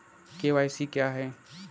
KYC क्या है?